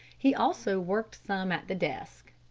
he also worked some at the desk.